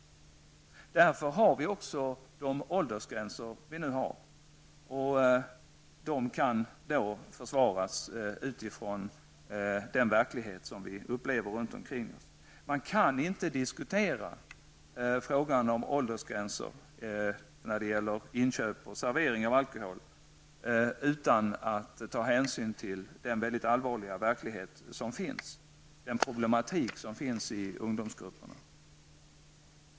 Av denna anledning har vi de åldersgränser i alkoholsammanhang som vi nu har. Dessa kan försvaras utifrån den verklighet vi upplever runt omkring oss. Man kan inte diskutera frågan om åldersgränser när det gäller inköp och servering av alkohol utan att ta hänsyn till den mycket allvarliga verklighet som finns och den problematik som finns i ungdomsgrupperna.